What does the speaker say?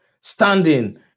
standing